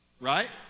right